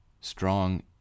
strong